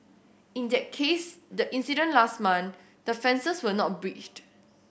in that case the incident last month the fences were not breached